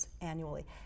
annually